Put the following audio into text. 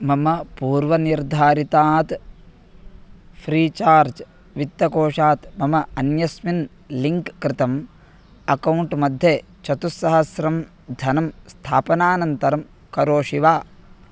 मम पूर्वनिर्धारितात् फ़्रीचार्ज् वित्तकोषात् मम अन्यस्मिन् लिङ्क् कृतम् अकौण्ट् मध्ये चतुस्सहस्रं धनं स्थापनानन्तरं करोषि वा